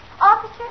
Officer